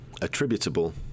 Attributable